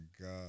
God